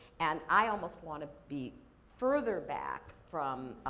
and, i almost want to be further back from